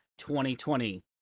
2020